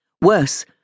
Worse